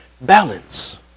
balance